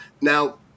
Now